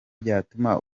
byatuma